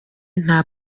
nta